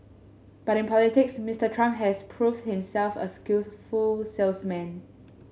but in politics Mister Trump has proved himself a skillful salesman